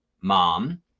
mom